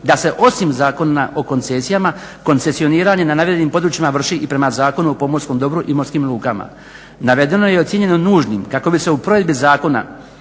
da se osim Zakona o koncesijama koncesioniranja na navedenim područjima vrši i prema Zakonu o pomorskom dobru i morskim lukama. Navedeno je i ocijenjeno nužnim kako se u provedbi zakona